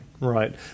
right